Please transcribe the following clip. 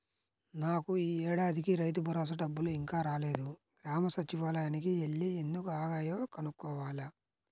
నాకు యీ ఏడాదికి రైతుభరోసా డబ్బులు ఇంకా రాలేదు, గ్రామ సచ్చివాలయానికి యెల్లి ఎందుకు ఆగాయో కనుక్కోవాల